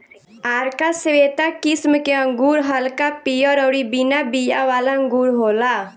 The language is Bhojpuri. आरका श्वेता किस्म के अंगूर हल्का पियर अउरी बिना बिया वाला अंगूर होला